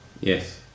Yes